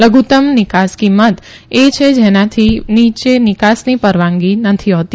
લધુત્તમ વિકાસ કિંમત એ છે જેનાથી નીચે વિકાસની પરવાનગી નથી હોતી